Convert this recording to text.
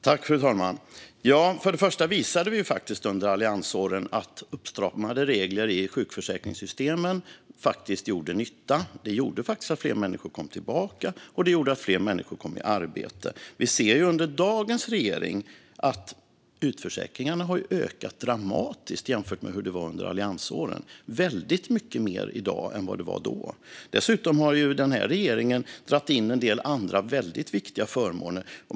Fru talman! Först och främst visade vi under alliansåren att uppstramade regler i sjukförsäkringssystemen faktiskt gjorde nytta. Det gjorde att fler människor kom tillbaka, och det gjorde att fler människor kom i arbete. Vi ser också att utförsäkringarna har ökat dramatiskt under dagens regering jämfört med hur det var under alliansåren. Det är väldigt mycket mer i dag än det var då. Dessutom har den här regeringen dragit in en del andra väldigt viktiga förmåner.